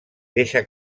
deixa